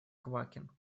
квакин